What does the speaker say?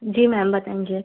जी ma'am बताएँगे